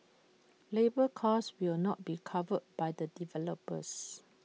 labour cost will not be covered by the developers